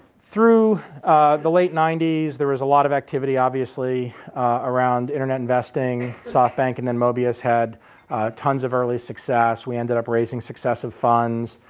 through the late ninety s, there was a lot of activity obviously around internet investing, softbank and then mobius had tons of early success. we ended up raising successive funds.